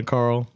Carl